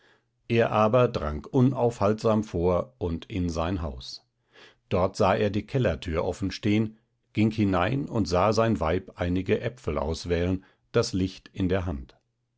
er aber drang unaufhaltsam vor und in sein haus dort sah er die kellertür offenstehen ging hinein und sah sein weib einige äpfel auswählen das licht in der hand